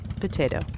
Potato